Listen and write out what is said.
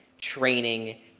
training